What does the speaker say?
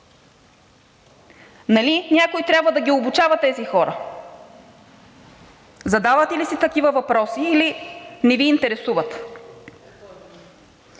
Нали трябва някой да ги обучава тези хора. Задавате ли си такива въпроси, или не Ви интересуват?